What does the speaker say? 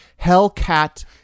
Hellcat